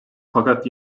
fakat